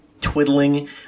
twiddling